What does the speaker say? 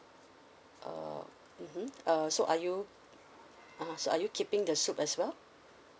uh mmhmm uh so are you (uh huh) so are you keeping the soup as well